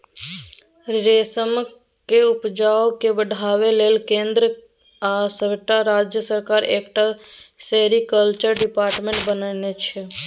रेशमक उपजा केँ बढ़ाबै लेल केंद्र आ सबटा राज्य सरकार एकटा सेरीकल्चर डिपार्टमेंट बनेने छै